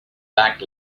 back